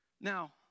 Now